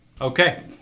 okay